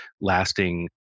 lasting